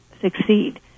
succeed